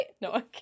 No